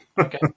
Okay